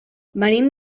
venim